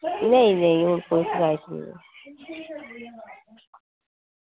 नेईं नेईं हून सोझ आई दी